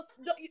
No